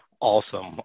Awesome